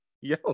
Yo